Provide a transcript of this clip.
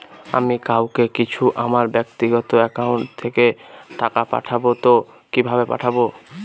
আমি কাউকে কিছু আমার ব্যাক্তিগত একাউন্ট থেকে টাকা পাঠাবো তো কিভাবে পাঠাবো?